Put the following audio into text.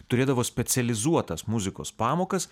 turėdavo specializuotas muzikos pamokas